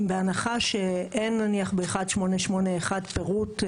בהנחה שאין נניח ב-1881 פירוט,